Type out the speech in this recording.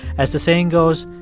as the saying goes,